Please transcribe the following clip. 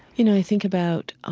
you know, i think about ah